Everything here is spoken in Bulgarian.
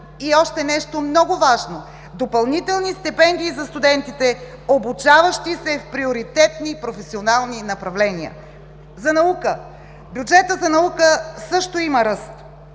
И още нещо, много важно – допълнителни стипендии за студентите, обучаващи се в приоритетни професионални направления! За наука. Бюджетът за наука също има ръст.